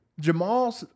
Jamal